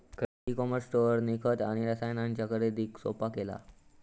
E com स्टोअरनी खत आणि रसायनांच्या खरेदीक सोप्पा केला